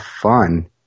fun